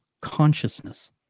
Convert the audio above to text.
consciousness